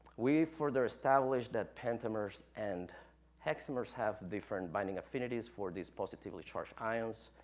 we further established that pentamers and hexamers have different binding affinities for these positively-charged ions,